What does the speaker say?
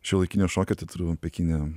šiuolaikinio šokio teatru pekine